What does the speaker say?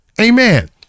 amen